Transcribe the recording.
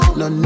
no